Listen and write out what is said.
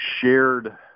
shared